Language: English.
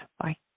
Bye